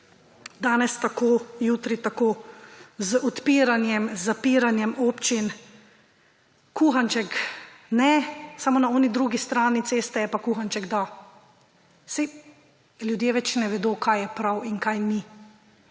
danes tako, jutri tako, z odpiranjem, zapiranjem občin, kuhanček – ne, na oni drugi strani ceste je pa kuhanček – da. Saj ljudje več ne vedo, kaj je prav in kaj ni,